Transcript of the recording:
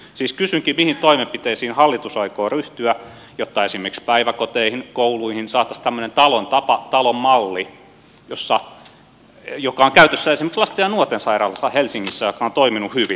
siis kysynkin mihin toimenpiteisiin hallitus aikoo ryhtyä jotta esimerkiksi päiväkoteihin kouluihin saataisiin tämmöinen talon tapa talon malli joka on käytössä esimerkiksi lasten ja nuorten sairaalassa helsingissä ja joka on toiminut hyvin